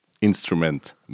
instrument